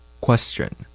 Question